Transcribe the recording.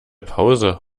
pause